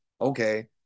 Okay